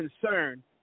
concern